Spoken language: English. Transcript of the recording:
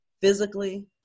physically